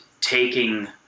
taking